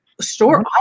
store